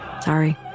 Sorry